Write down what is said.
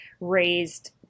raised